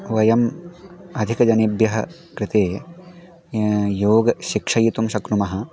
वयम् अधिकजनेभ्यः कृते योगं शिक्षयितुं शक्नुमः